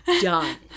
done